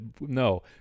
no